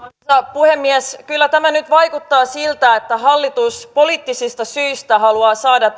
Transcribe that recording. puhemies kyllä tämä nyt vaikuttaa siltä että hallitus poliittisista syistä haluaa saada